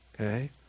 Okay